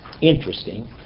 interesting